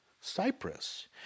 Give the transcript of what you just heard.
Cyprus